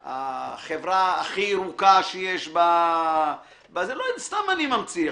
החברה הכי ירוקה - סתם אני ממציא עכשיו,